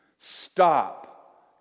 Stop